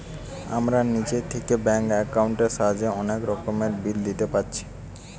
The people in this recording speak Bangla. আমরা নিজে থিকে ব্যাঙ্ক একাউন্টের সাহায্যে অনেক রকমের বিল দিতে পারছি